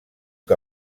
que